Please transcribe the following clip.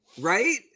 Right